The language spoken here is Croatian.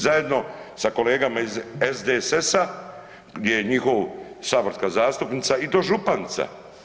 Zajedno sa kolegama iz SDSS-a gdje je njihov saborska zastupnica i to županica.